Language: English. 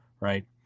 Right